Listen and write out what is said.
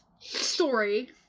story